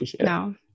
no